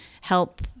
help